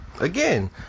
Again